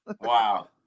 Wow